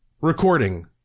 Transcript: recording